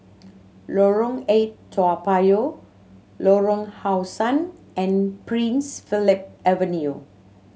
Lorong Eight Toa Payoh Lorong How Sun and Prince Philip Avenue